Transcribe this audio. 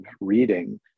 reading